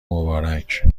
مبارک